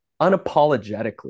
unapologetically